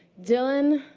dylan,